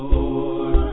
Lord